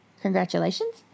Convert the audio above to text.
Congratulations